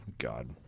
God